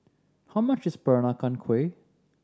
how much is Peranakan Kueh